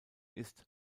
ist